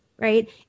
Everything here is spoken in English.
Right